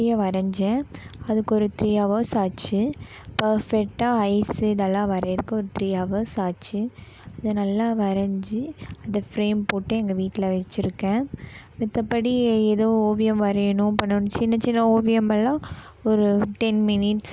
அப்படியே வரைஞ்சேன் அதுக்கு ஒரு த்ரீ ஹவர்ஸ் ஆச்சு பர்ஃபெக்ட்டாக ஐஸ் இதெல்லாம் வரையறதுக்கு ஒரு த்ரீ ஹவர்ஸ் ஆச்சு அதை நல்லா வரைஞ்சி அதை ஃபிரேம் போட்டு எங்கள் வீட்டுல வைச்சிருக்கேன் மத்த படி ஏதோ ஓவியம் வரையணும் பண்ணனும் சின்ன சின்ன ஓவியமெல்லாம் ஒரு டென் மினிட்ஸ்